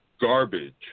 garbage